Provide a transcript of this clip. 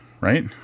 right